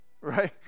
right